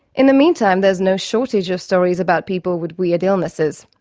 in the meantime there's no shortage of stories about people with weird illnesses.